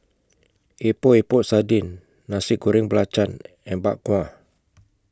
Epok Epok Sardin Nasi Goreng Belacan and Bak Kwa